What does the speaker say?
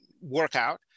workout